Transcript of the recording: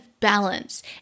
balance